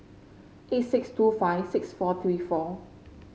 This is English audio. eight six two five six four three four